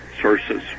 sources